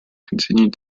continued